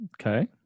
Okay